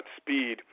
speed